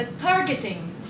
targeting